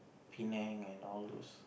Penang and all those